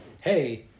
hey